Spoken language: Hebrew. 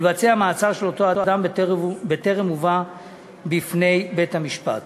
ולבצע מעצר של אותו אדם בטרם הובא בפני בית-משפט.